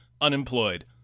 unemployed